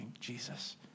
Jesus